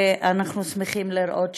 אנחנו שמחים לראות שהחלמת.